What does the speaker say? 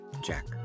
Jack